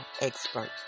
expert